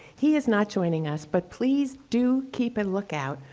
he is not joining us but please do keep a lookout.